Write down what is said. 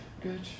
good